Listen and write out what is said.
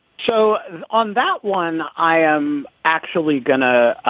so on that one, i am actually going to